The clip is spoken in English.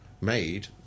made